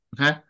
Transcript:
okay